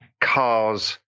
cars